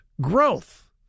growth